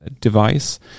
device